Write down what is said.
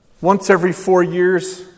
once-every-four-years